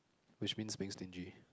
which means being stingy